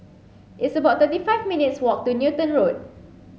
it's about thirty five minutes' walk to Newton Road